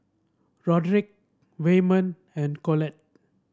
Roderick Wayman and Collette